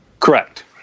Correct